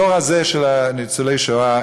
הדור הזה של ניצולי השואה,